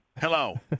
Hello